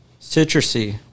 Citrusy